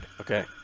Okay